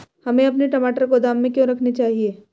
हमें अपने टमाटर गोदाम में क्यों रखने चाहिए?